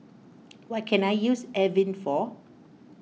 what can I use Avene for